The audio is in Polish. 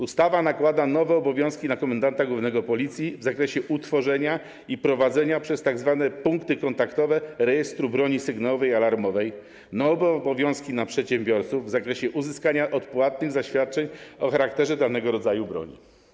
Ustawa nakłada nowe obowiązki na komendanta głównego Policji w zakresie utworzenia i prowadzenia przez tzw. punkty kontaktowe rejestru broni sygnałowej i alarmowej, nowe obowiązki na przedsiębiorców w zakresie uzyskania odpłatnych zaświadczeń o charakterze danego rodzaju broni.